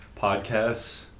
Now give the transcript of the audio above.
podcasts